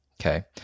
Okay